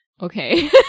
okay